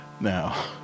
Now